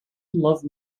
love